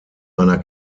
einer